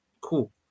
Cool